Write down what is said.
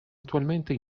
attualmente